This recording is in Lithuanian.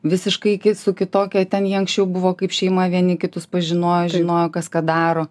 visiškai kit su kitokia ten ji anksčiau buvo kaip šeima vieni kitus pažinojo žinojo kas ką daro